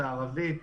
בערבית.